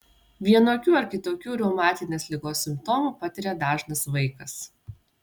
vienokių ar kitokių reumatinės ligos simptomų patiria dažnas vaikas